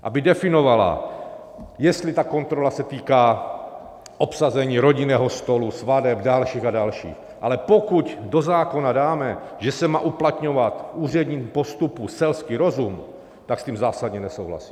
Aby definovala, jestli ta kontrola se týká obsazení rodinného stolu, svateb, dalších a dalších, ale pokud do zákona dáme, že se má uplatňovat v úředním postupu selský rozum, tak s tím zásadně nesouhlasím.